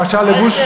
למשל לבוש,